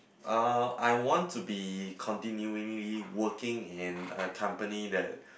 uh I want to be continually working in a company that